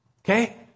Okay